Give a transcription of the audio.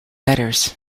letters